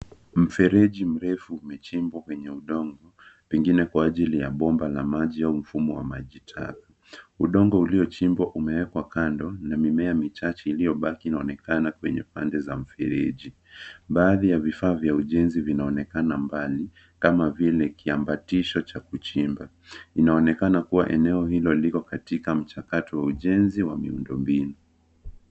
Mfereji mrefu umechimbwa kwenye udongo pengine kwa ajili ya bomba la maji au mfumo wa maji taka. Udongo uliochimbwa umewekwa kando na mimea michache iliyobaki inaonakena kwenye pande za mfereji. Baadhi ya vifaa vya ujenzi vinaonekana mbali kama vile kiambatisho cha kuchimba. Inaonekana kuwa eneo hilo liko katika mchakato wa ujezi wa miundo mbinu.